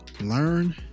Learn